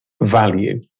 value